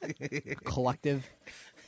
Collective